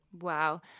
Wow